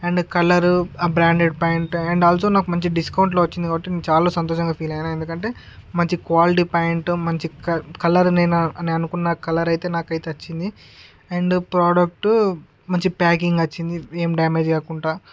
and colour ఆ branded pant and also నాకు మంచి డిస్కౌంట్లో వచ్చింది కాబట్టి నేను చాలా సంతోషంగా ఫీలయ్యాను ఎందుకంటే మంచి క్వాలిటీ ప్యాంట్ మంచి కాల్ కలరు నెన్ నేను అనుకున్న కలరైతే నాకైతే వచ్చింది అండ్ ప్రొడక్టు మంచి ప్యాకింగ్ వచ్చింది ఏం డెమెజ్ కాకుండా